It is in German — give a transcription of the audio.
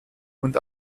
und